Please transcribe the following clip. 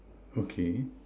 okay